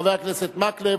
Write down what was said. חבר הכנסת מקלב,